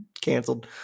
canceled